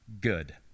good